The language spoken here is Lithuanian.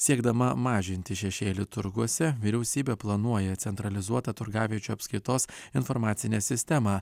siekdama mažinti šešėlį turguose vyriausybė planuoja centralizuotą turgaviečių apskaitos informacinę sistemą